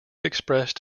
expressed